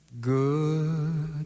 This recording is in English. good